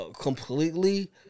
completely